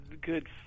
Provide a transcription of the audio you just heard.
good